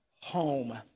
home